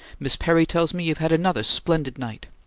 miss perry tells me you've had another splendid night.